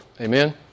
Amen